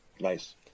Nice